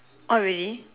oh really